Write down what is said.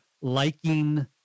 liking